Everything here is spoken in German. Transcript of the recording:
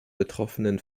betroffenen